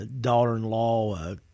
daughter-in-law